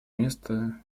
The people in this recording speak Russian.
места